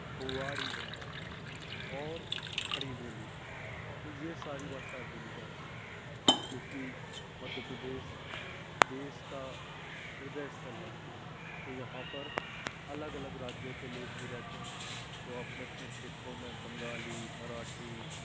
बुवाड़ी है और खड़ी बोली है तो यह सारी भाषा बोली जाती हैं क्योंकि मध्य प्रदेश देश का हृदय स्थल है तो यहाँ पर अलग अलग राज्यों के लोग भी रहते हैं तो अपने अपने क्षेत्रों में बंगाली मराठी